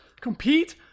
compete